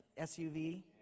SUV